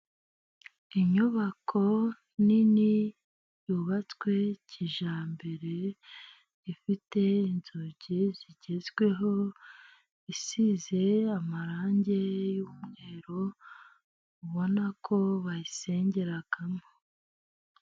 Inyubako nini yubatswe kijyambere ,ifite inzugi zigezweho ,isize amarangi y'umweru ubona ko bayisengeramo.